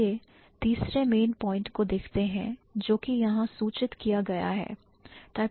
चलिए तीसरे main point को देखते हैं जो कि यहां सूचित किया गया है